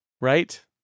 Right